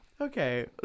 okay